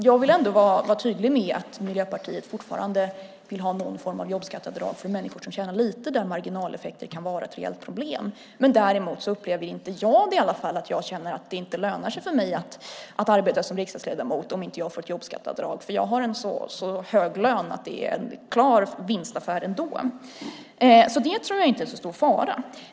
Jag vill ändå vara tydlig med att Miljöpartiet fortfarande vill ha någon form av jobbskatteavdrag för människor som tjänar lite där marginaleffekter kan vara ett reellt problem. Men däremot upplever inte jag att det inte lönar sig för mig att arbeta som riksdagsledamot om jag inte får ett jobbskatteavdrag. Jag har en så hög lön att det är en klar vinstaffär ändå. Så det tror jag inte är så stor fara.